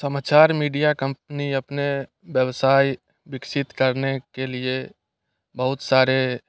समाचार media company अपने व्यवसाय विकसित करने के लिए बहुत सारे